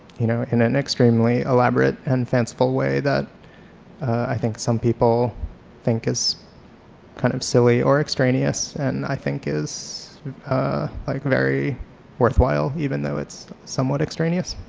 you know in an extremely elaborate and fanciful way that i think some people think is kind of silly or extraneous and i think is like very worthwhile even though it's somewhat extraneous,